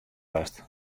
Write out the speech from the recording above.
west